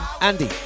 Andy